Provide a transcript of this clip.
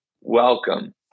welcome